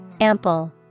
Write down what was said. Ample